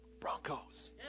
Broncos